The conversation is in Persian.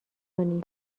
کنی